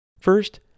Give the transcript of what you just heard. First